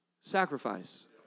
sacrifice